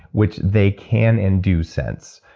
which they can and do sense,